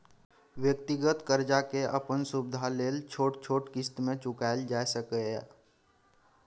व्यक्तिगत कर्जा के अपन सुविधा लेल छोट छोट क़िस्त में चुकायल जाइ सकेए